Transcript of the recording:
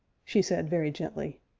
she said very gently,